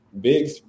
big